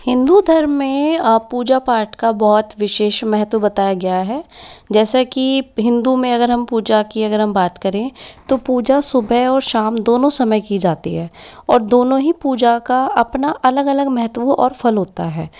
हिन्दू धर्म में पूजा पाठ का बहुत विशेष महत्व बताया गया है जैसे कि हिंदू में अगर हम पूजा की हम अगर बात करें तो पूजा सुबह और शाम दोनों समय की जाती है और दोनों ही पूजा का अपना अलग अलग महत्व और फल होता है